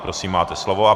Prosím, máte slovo.